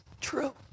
true